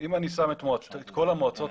אם אני שם את כל המועצות,